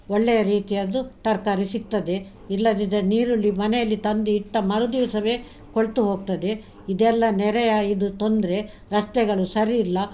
ಒಳ್ಳೆಯ ರೀತಿಯದ್ದು ತರಕಾರಿ ಸಿಗ್ತದೆ ಇಲ್ಲದಿದ್ದರೆ ನೀರುಳ್ಳಿ ಮನೆಯಲ್ಲಿ ತಂದು ಇಟ್ಟ ಮರುದಿವಸವೇ ಕೊಳೆತು ಹೋಗ್ತದೆ ಇದೆಲ್ಲ ನೆರೆಯ ಇದು ತೊಂದರೆ ರಸ್ತೆಗಳು ಸರಿ ಇಲ್ಲ